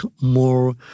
more